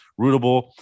rootable